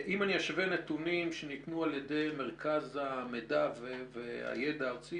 אם אשווה נתונים שניתנו על ידי מרכז המידע והידע הארצי,